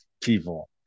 people